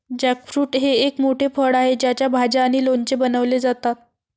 jackfruit हे एक मोठे फळ आहे ज्याच्या भाज्या आणि लोणचे बनवले जातात